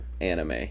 anime